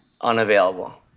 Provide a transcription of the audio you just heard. unavailable